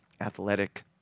athletic